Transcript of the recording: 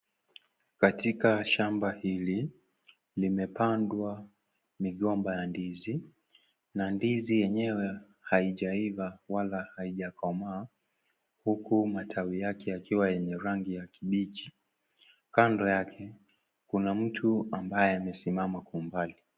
Katika shamba hili limepandwa migomba ya ndizi na ndizi yenyewe haijaiva wala haijakomaa huku matawi yake yakiwa yenye rangi ya kibichi . Kando yake kuna mtu ambaye amesimama kwa umbali.